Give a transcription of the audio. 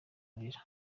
abira